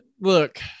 Look